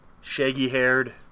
Shaggy-haired